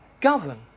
govern